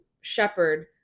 shepherd